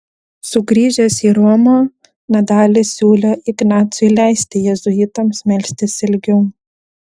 sugrįžęs į romą nadalis siūlė ignacui leisti jėzuitams melstis ilgiau